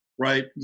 Right